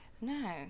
No